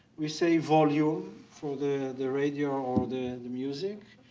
we say volume for the the radio or the the music.